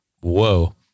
whoa